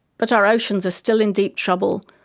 but our oceans are still in deep trouble,